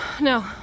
No